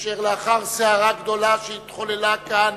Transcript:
אשר לאחר סערה גדולה שהתחוללה כאן